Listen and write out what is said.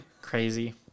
crazy